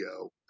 go